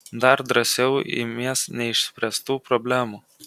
dar drąsiau imies neišspręstų problemų